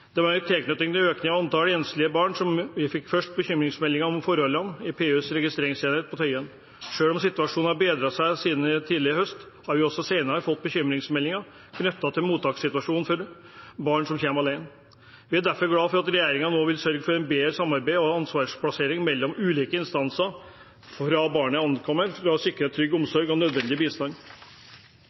Det var i tilknytning til økningen i antall enslige barn vi først fikk bekymringsmeldinger om forholdene ved PUs registreringsenhet på Tøyen. Selv om situasjonen har bedret seg siden tidlig i høst, har vi også senere fått bekymringsmeldinger knyttet til mottakssituasjonen for barn som kommer alene. Vi er derfor glad for at regjeringen nå vil sørge for bedre samarbeid og ansvarsplassering mellom ulike instanser fra barnet ankommer, for å sikre trygg omsorg og nødvendig bistand.